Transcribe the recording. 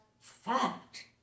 fact